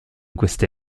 queste